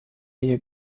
hier